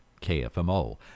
kfmo